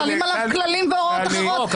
חלים עליו כללים והוראות אחרות.